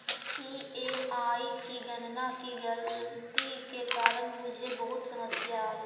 EMI की गणना की गलती के कारण मुझे बहुत समस्या आई